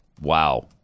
Wow